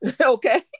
okay